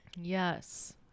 Yes